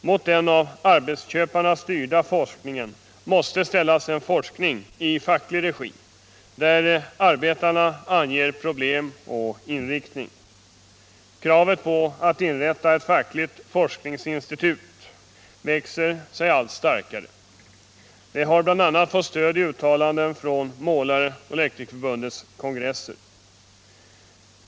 Mot den av arbetsköparna styrda forskningen måste ställas en forskning i facklig regi, där arbetarna anger problem och inriktning. Kravet på att inrätta ett fackligt forskningsinstitut växer sig allt starkare. Det har bl.a. fått stöd i uttalanden från Målareoch Elektrikerförbundens kongresser.